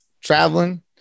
traveling